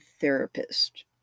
therapist